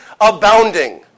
abounding